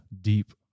deep